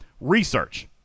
research